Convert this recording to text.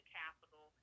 capital